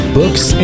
books